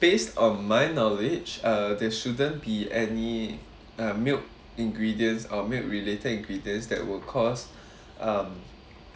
based on my knowledge uh there shouldn't be any uh milk ingredients or milk related ingredients that would cause um